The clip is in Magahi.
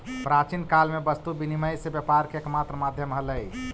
प्राचीन काल में वस्तु विनिमय से व्यापार के एकमात्र माध्यम हलइ